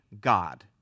God